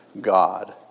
God